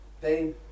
boom